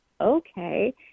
okay